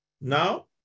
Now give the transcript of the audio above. Now